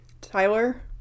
Tyler